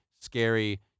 scary